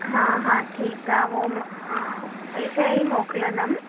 हा हा ठीकु आहे उहो मां सही शइ ई मोकिलंदमि